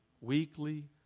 weekly